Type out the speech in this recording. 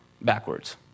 backwards